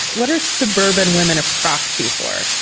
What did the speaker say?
what are suburban women a proxy for?